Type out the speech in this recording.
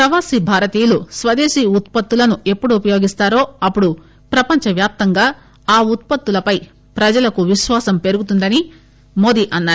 ప్రవాసీ భారతీయులు స్వదేశీ ఉత్పత్తులను ఎప్పుడు ఉపయోగిస్తారో అప్పుడు ప్రపంచవ్యాప్తంగా ఆ ఉత్పత్తులపై ప్రజలకు విశ్వాసం పెరుగుతుందని ఆయన అన్నారు